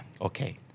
Okay